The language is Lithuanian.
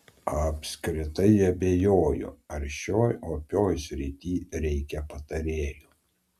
apskritai abejoju ar šioj opioj srity reikia patarėjų